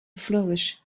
flourish